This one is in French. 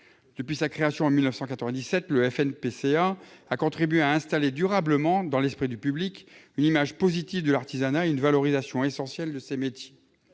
depuis sa création en 1997, le FNPCA a contribué à installer durablement, dans l'esprit du public, une image positive de l'artisanat et une valorisation essentielle de ses métiers.